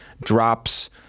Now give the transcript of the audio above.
drops